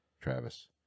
Travis